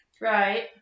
Right